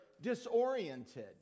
disoriented